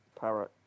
parrot